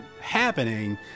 happening